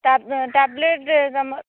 tablet ତମ